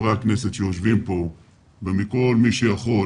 מחברי הכנסת שיושבים כאן ומכל מי שיכול